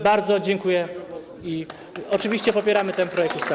Bardzo dziękuję i oczywiście popieramy ten projekt ustawy.